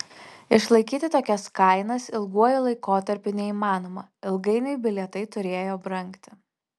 išlaikyti tokias kainas ilguoju laikotarpiu neįmanoma ilgainiui bilietai turėjo brangti